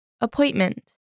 Appointment